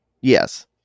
yes